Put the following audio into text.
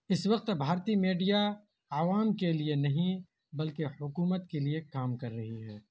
اس وقت بھارتی میڈیا عوام کے لیے نہیں بلکہ حکومت کے لیے کام کر رہی ہے